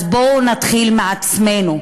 אז בואו נתחיל מעצמנו,